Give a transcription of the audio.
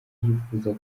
yifuza